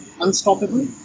unstoppable